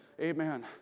Amen